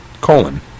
Colon